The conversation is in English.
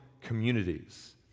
communities